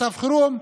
מצב חירום,